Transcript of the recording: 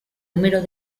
número